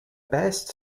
best